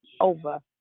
Over